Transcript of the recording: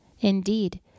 Indeed